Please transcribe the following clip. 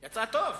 יצאה טוב.